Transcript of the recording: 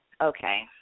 okay